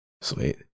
Sweet